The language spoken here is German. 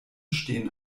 stehen